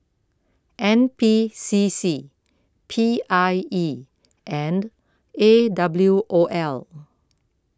N P C C P I E and A W O L